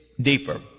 deeper